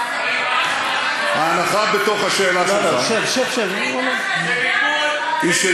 ההנחה בתוך השאלה שלך היא שיש,